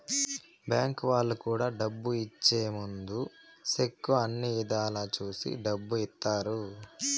bank వాళ్ళు కూడా డబ్బు ఇచ్చే ముందు సెక్కు అన్ని ఇధాల చూసి డబ్బు ఇత్తారు